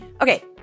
Okay